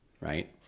right